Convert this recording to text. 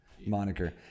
moniker